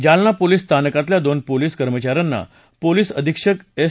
Jalna police स्थानकातल्या दोन police कर्मचाऱ्यांना पोलीस अधीक्षक एस